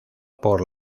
por